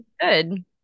good